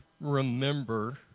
remember